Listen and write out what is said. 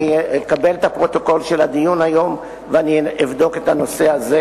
אני אקבל את הפרוטוקול של הדיון היום ואני אבדוק את הנושא הזה.